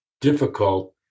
difficult